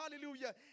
hallelujah